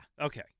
Okay